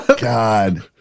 God